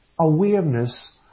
awareness